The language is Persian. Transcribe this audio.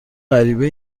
غریبه